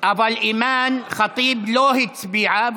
אבל אימאן ח'טיב לא הצביעה,